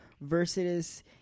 versus